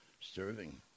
serving